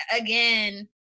again